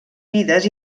vides